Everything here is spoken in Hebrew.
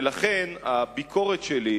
ולכן הביקורת שלי,